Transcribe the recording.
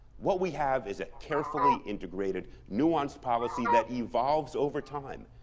what we have is a carefully integrated, nuanced policy that evolves over time.